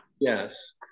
yes